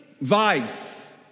vice